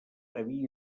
havia